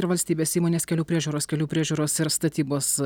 ir valstybės įmonės kelių priežiūros kelių priežiūros ir statybos